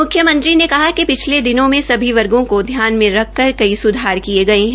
मुख्यमंत्री ने कहा कि पिछले दिनों में सभी वर्गो को ध्यान में रखकर कई सुधार किये गये है